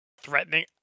threatening